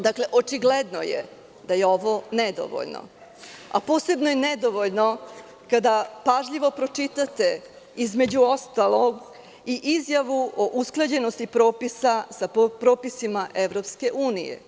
Dakle, očigledno je da je ovo nedovoljno, a posebno je nedovoljno kada pažljivo pročitate, između ostalog, i izjavu u usklađenosti propisa sa propisima EU.